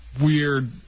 weird